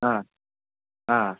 ꯑꯥ ꯑꯥ